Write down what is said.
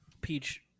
Peach